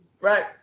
right